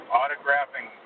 autographing